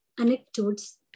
anecdotes